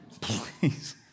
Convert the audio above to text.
Please